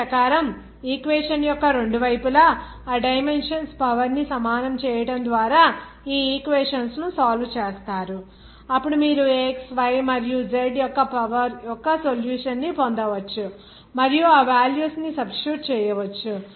దీని ప్రకారం ఈక్వేషన్ యొక్క రెండు వైపులా ఆ డైమెన్షన్స్ పవర్ ని సమానం చేయడం ద్వారా ఈ ఈక్వేషన్స్ ను సాల్వ్ చేస్తారు అప్పుడు మీరు x y మరియు z యొక్క పవర్ యొక్క సొల్యూషన్ ని పొందవచ్చు మరియు ఆ వాల్యూస్ ని సబ్స్టిట్యూట్ చేయవచ్చు